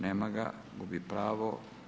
Nema ga, gubi pravo.